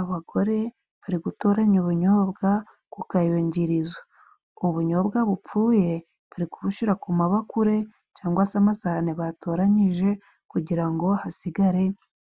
Abagore bari gutoranya ubunyobwa ku kayungirizo, ubunyobwa bupfuye bari kubushira ku mabakure cyangwa se amasahane batoranyije, kugira ngo hasigare